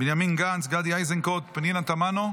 בנימין גנץ, גדי איזנקוט, פנינה תמנו,